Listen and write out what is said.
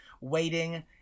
waiting